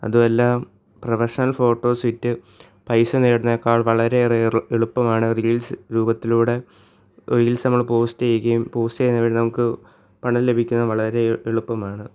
അതുമല്ല പ്രഫഷണൽ ഫോട്ടോസിട്ട് പൈസ നേടുന്നതിനേക്കാൾ വളരെയേറെ എറു എളുപ്പമാണ് റീൽസ് രൂപത്തിലൂടെ റീൽസ് നമ്മൾ പോസ്റ്റ് ചെയ്യുകയും പോസ്റ്റ് ചെയ്യുന്നത് വഴി നമുക്ക് പണം ലഭിക്കുന്നത് വളരെ എളുപ്പമാണ്